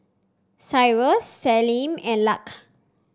Cyrus Salome and Lark